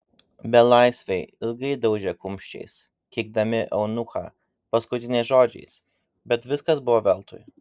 belaisviai ilgai daužė kumščiais keikdami eunuchą paskutiniais žodžiais bet viskas buvo veltui